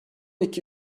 iki